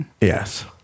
Yes